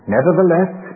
Nevertheless